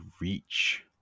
reach